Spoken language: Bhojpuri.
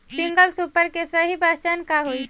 सिंगल सुपर के सही पहचान का हई?